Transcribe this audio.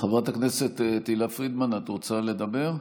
חברת הכנסת תהלה פרידמן, את רוצה לדבר?